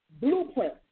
blueprint